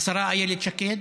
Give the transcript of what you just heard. השרה איילת שקד: